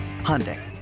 Hyundai